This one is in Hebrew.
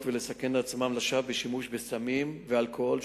ולסכן עצמם לשווא בשימוש בסמים ואלכוהול.